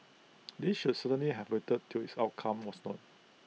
these should certainly have waited till its outcome was known